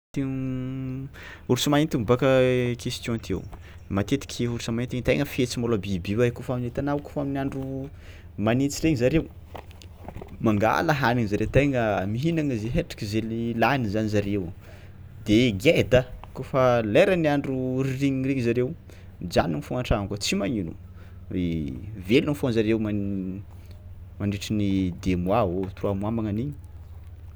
Ti- orsa mainty miboàka i question teo matetiky orsa mainty tegna fetsy malôho biby io ai kaofa hitanao kaofa amin'ny andro manintsy regny zareo mangala hanigny zare tegna mihinagna zay hetriky zainy lany zany zareo de geda kaofa leran'ny andro ririnigny regny zareo mijanogno fao an-tragno kôa tsy magnino velogno fao zareo man- mandritry ny deux mois ô trois mois magnan'igny.